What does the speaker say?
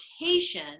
rotation